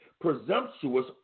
presumptuous